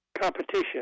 competition